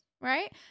right